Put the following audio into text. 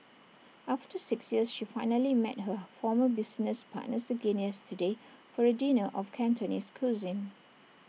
after six years she finally met her former business partners again yesterday for A dinner of Cantonese cuisine